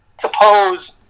suppose